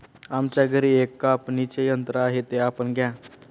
आमच्या घरी एक कापणीचे यंत्र आहे ते आपण घ्या